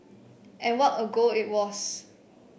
and what a goal it was